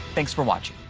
thanks for watching.